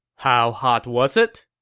how hot was it?